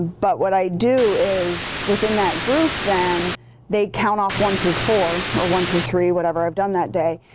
but what i do is within that group then they count off one through four, or one through three, whatever i've done that day,